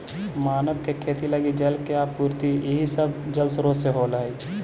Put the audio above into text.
मानव के खेती लगी जल के आपूर्ति इहे सब जलस्रोत से होलइ